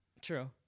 True